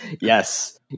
yes